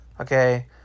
Okay